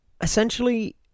Essentially